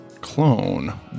Clone